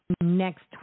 next